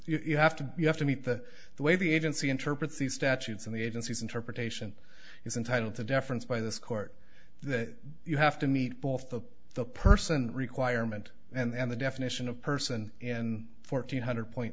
you have to you have to meet the way the agency interprets the statutes and the agencies interpretation is entitled to deference by this court that you have to meet both of the person requirement and the definition of person and fourteen hundred point